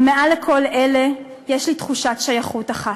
אבל מעל כל אלה יש לי תחושת שייכות אחת: